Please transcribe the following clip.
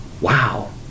wow